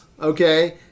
okay